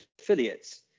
affiliates